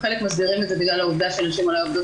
חלק מסבירים את זה בגלל העובדה שנשים אולי עובדות